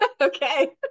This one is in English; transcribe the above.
okay